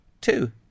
two